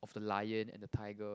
of the lion and the tiger